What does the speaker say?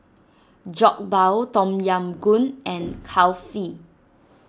Jokbal Tom Yam Goong and Kulfi